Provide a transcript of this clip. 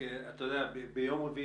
תשתיות לאומיות ומבנים.